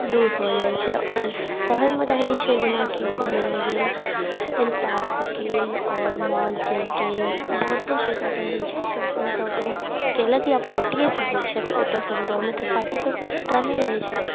दूर भऽ जाइ छै आओर शहरमे रहै छै जेनाकी घूमै लए गेल पार्क गेल आओरर मॉल चलि गेल बहुते चीजके रहै छै शाँपिंग तोपिंग केलक या पार्टिये सब होइ छै तऽ ओतए तऽ गाँवमे पार्टी सबके सुबिधा नहि रहै छै